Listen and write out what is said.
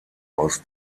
aus